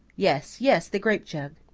yes, yes, the grape jug!